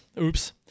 Oops